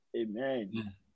Amen